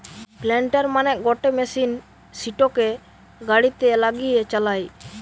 planter মানে গটে machine সিটোকে গাড়িতে লাগিয়ে চালায়